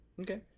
Okay